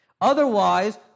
Otherwise